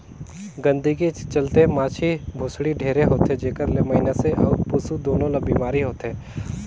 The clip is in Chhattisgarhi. गंदगी के चलते माछी अउ भुसड़ी ढेरे होथे, जेखर ले मइनसे अउ पसु दूनों ल बेमारी होथे